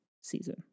season